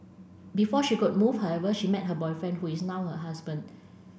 before she could move however she met her boyfriend who is now her husband